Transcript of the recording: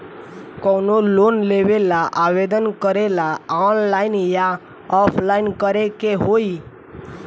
कवनो लोन लेवेंला आवेदन करेला आनलाइन या ऑफलाइन करे के होई?